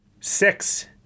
Six